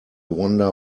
wonder